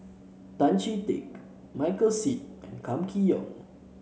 Tan Chee Teck Michael Seet and Kam Kee Yong